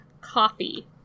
coffee